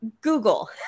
Google